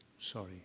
sorry